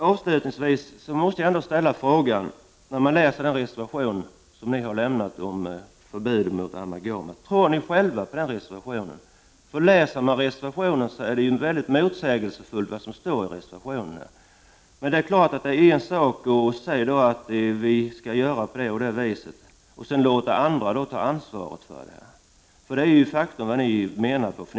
Avslutningsvis måste jag ställa en fråga till de reservanter som står bakom reservationen om förbud mot amalgam. Tror ni själva på den reservationen? Den är mycket motsägelsefull. Det är en sak att säga hur man skall göra och sedan låta andra ta ansvaret för det. Det är ju vad ni gör.